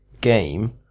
game